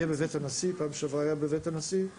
פעם שעברה והפעם בבית הנשיא.